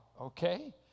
okay